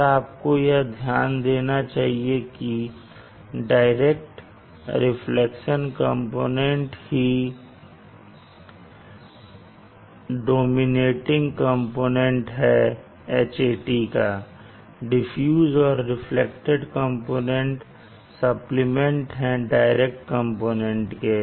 पर आपको यह ध्यान देना चाहिए कि डायरेक्ट रिफ्लेक्शन कंपोनेंट ही डोमिनेटिंग कंपोनेंट है Hat का डिफ्यूज और रिफ्लेक्टेड कंपोनेंट सप्लीमेंट है डायरेक्ट कंपोनेंट के